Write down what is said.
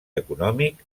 econòmic